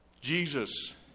Jesus